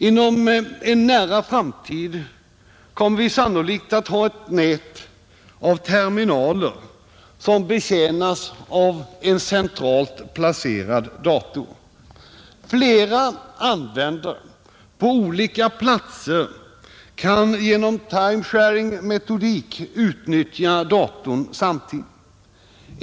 Inom en nära framtid kommer vi sannolikt att ha ett nät av terminaler som betjänas av en centralt placerad dator. Flera användare på olika platser kan genom time sharing-metodik utnyttja datorn samtidigt.